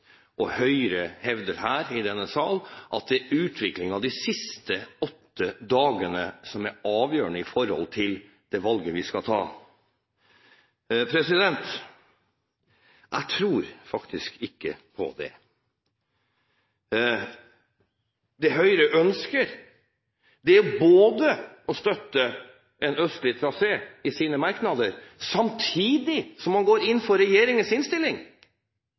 og Høyre hevder her i denne sal at det er utviklingen de siste åtte dagene som er avgjørende for det valget vi skal ta. Jeg tror faktisk ikke på det. Det Høyre gjør, er å støtte en østlig trasé i sine merknader, samtidig som man går inn for regjeringens